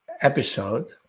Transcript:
episode